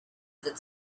that